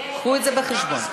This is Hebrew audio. קחו את זה בחשבון.